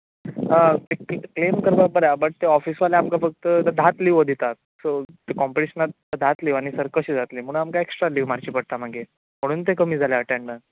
clam करपाक बरें आसा बट ते ऑफिसवाले फक्त धाच लिवो दितात सो कोम्पटिशनाक धाच लिवांनी कशें जातलें म्हण आमकां एक्स्ट्रा लीव मारची पडटा मागीर म्हणून ती कमी जाल्या एटँडंस